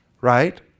right